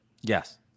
Yes